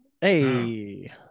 Hey